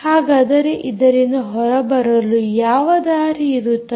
ಹಾಗಾದರೆ ಇದರಿಂದ ಹೊರಬರಲು ಯಾವ ದಾರಿ ಇರುತ್ತದೆ